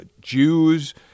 Jews